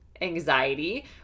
anxiety